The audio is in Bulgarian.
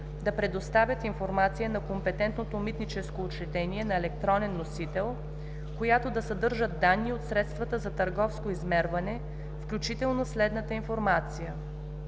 да предоставят информация на компетентното митническо учреждение на електронен носител, която да съдържа данните от средствата за търговско измерване, включително следната информация: